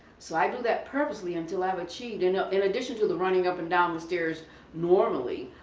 so i do that purposely until i have achieved, you know in addition to the running up and down the stairs normally,